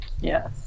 Yes